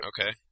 Okay